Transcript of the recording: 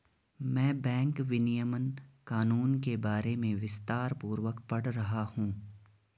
मैं बैंक विनियमन कानून के बारे में विस्तारपूर्वक पढ़ रहा हूं